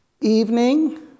evening